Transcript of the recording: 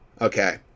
Okay